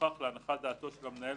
הוכח להנחת דעתו של המנהל,